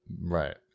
right